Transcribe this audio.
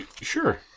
Sure